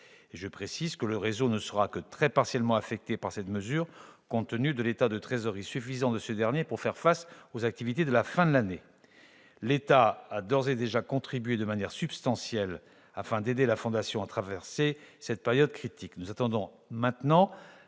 Je précise que le réseau ne sera que très peu affecté par cette mesure, compte tenu de l'état suffisant de sa trésorerie pour faire face aux activités de la fin de l'année. L'État a d'ores et déjà apporté une contribution substantielle pour aider la fondation à traverser cette période critique.